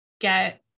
get